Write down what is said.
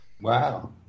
Wow